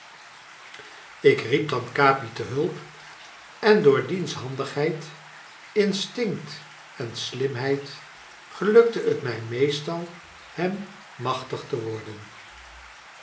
ik riep dan capi te hulp en door diens handigheid instinct en slimheid gelukte het mij meestal hem machtig te worden